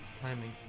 timing